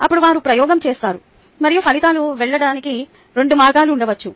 అప్పుడు వారు ప్రయోగం చేస్తారు మరియు ఫలితాలు వెళ్ళడానికి 2 మార్గాలు ఉండవచ్చు